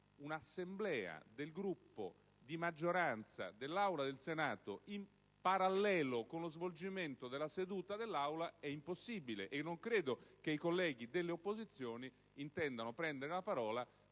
un'assemblea del Gruppo di maggioranza dell'Aula del Senato in parallelo con lo svolgimento della seduta dell'Aula e non credo che i colleghi delle opposizioni intendano prendere la parola,